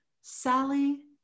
Sally